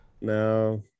no